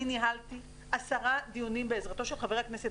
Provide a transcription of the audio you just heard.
אני ניהלתי עשרה דיונים בעזרתו של חבר הכנסת